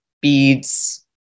beads